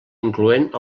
incloent